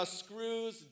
screws